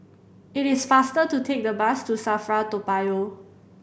it is faster to take the bus to SAFRA Toa Payoh